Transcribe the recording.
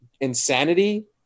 insanity